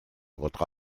votre